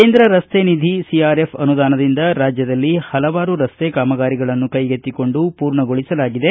ಕೇಂದ್ರ ರಸ್ತೆ ನಿಧಿ ಸಿಆರ್ಎಫ್ ಅನುದಾನದಿಂದ ರಾಜ್ಯದಲ್ಲಿ ಹಲವಾರು ರಸ್ತೆ ಕಾಮಗಾರಿಗಳನ್ನು ಕೈಗೆತ್ತಿಕೊಂಡು ಪೂರ್ಣಗೊಳಿಸಲಾಗಿದೆ